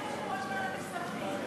מילא במקום יושב-ראש ועדת הכספים,